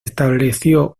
estableció